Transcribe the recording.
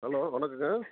hello வணக்கம் sir